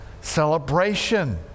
celebration